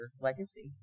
legacy